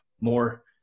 more